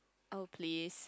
oh please